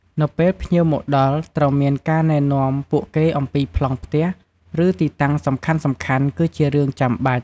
នៅពេលភ្ញៀវមកដល់ ត្រូវមានការណែនាំពួកគេអំពីប្លង់ផ្ទះ ឬទីតាំងសំខាន់ៗ គឺជារឿងចាំបាច់។